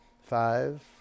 five